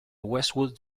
westwood